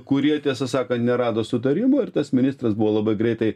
kurie tiesą sakant nerado sutarimo ir tas ministras buvo labai greitai